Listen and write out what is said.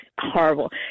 horrible